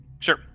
Sure